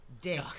dick